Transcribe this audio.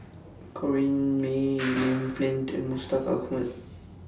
Corrinne May William Flint and Mustaq Ahmad